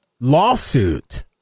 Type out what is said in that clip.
lawsuit